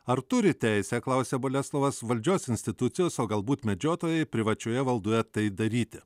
ar turi teisę klausė boleslovas valdžios institucijos o galbūt medžiotojai privačioje valdoje tai daryti